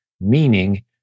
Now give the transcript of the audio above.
meaning